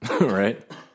Right